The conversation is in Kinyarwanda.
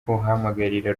guhamagarira